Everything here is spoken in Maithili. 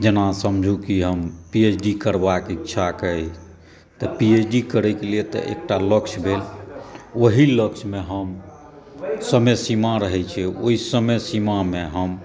जेना समझूकी हम पीएचडी करबाके ईच्छाक अइ त पीएचडी करै के लिए त एकता लक्ष्य भेल ओही लक्ष्य मे हम समय सीमा रहय छै ओहि समय सीमा मे हम